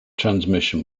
transmission